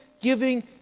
giving